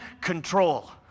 control